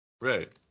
Right